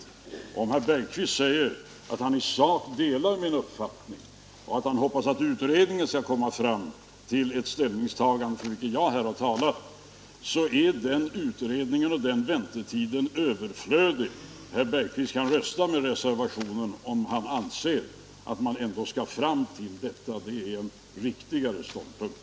Om herr Holger Bergqvist i Göteborg säger att han i sak delar min upp fattning och hoppas att utredningen skall komma fram till ett ställnings tagande som det jag här har talat för, så är utredningen och väntetiden överflödiga. Herr Bergqvist kan rösta med reservationerna om han anser att deras innehåll svarar mot vad utredningen skall komma fram till. Det är en riktigare ståndpunkt.